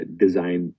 design